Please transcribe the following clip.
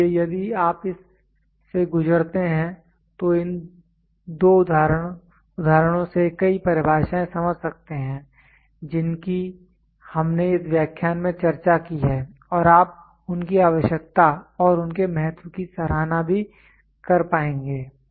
इसलिए यदि आप इस से गुजरते हैं तो इन दो उदाहरणों से कई परिभाषाएं समझ सकते हैं जिनकी हमने इस व्याख्यान में चर्चा की है और आप उनकी आवश्यकता और उनके महत्व की सराहना कर पाएंगे